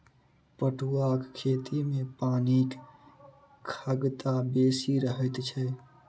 पटुआक खेती मे पानिक खगता बेसी रहैत छै